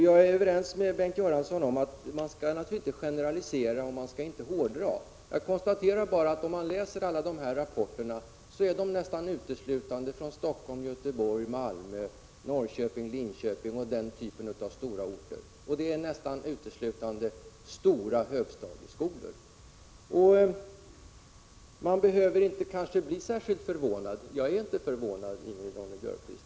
Jag är överens med Bengt Göransson om att man naturligtvis inte skall generalisera och hårdra, men om man läser de här rapporterna så konstaterar man att de nästan uteslutande är från Stockholm, Göteborg, Malmö, Norrköping, Linköping och den typen av stora orter och att de nästan uteslutande handlar om stora högstadieskolor. Man behöver kanske inte bli särskilt förvånad — jag är inte förvånad, Ingrid Ronne-Björkqvist.